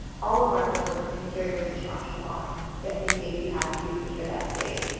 all of our doors have interior push function locks, just in case you had to secure that space.